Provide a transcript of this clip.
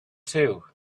too